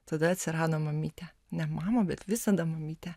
tada atsirado mamytė ne mama bet visada mamytė